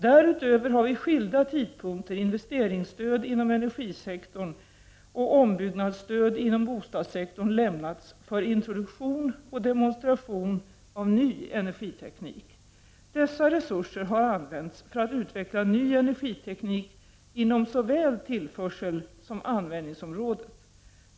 Därutöver har vid skilda tidpunkter investeringsstöd inom energisektorn och ombyggnadsstöd inom bostadssektorn lämnats för introduktion och demonstration av ny energiteknik. Dessa resurser har använts för att utveckla ny energiteknik inom såväl tillförselsom användningsområdet.